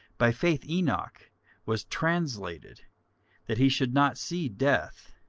by faith enoch was translated that he should not see death